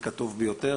כפי שהוא אמר אותה גם